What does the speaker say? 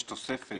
יש תוספת